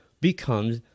becomes